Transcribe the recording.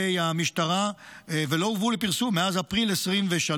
הם לא פורסמו עלי ידי המשטרה ולא הובאו לפרסום מאז אפריל 2023,